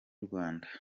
rwanda